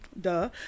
duh